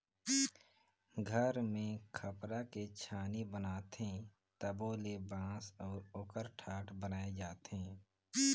घर मे खपरा के छानी बनाथे तबो ले बांस अउ ओकर ठाठ बनाये जाथे